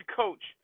coach